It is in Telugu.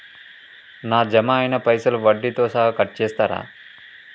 నా జమ అయినా పైసల్ వడ్డీతో సహా కట్ చేస్తరా?